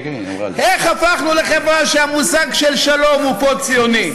איך הפכנו לחברה שהמושג בה של שלום הוא פוסט-ציוני?